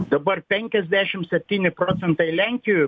dabar penkiasdešim septyni procentai lenkijoj